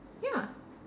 ya